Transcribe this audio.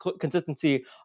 consistency